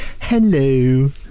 Hello